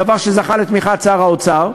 דבר שזכה לתמיכת שר האוצר,